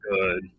good